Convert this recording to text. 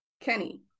Kenny